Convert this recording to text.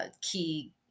key